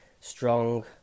strong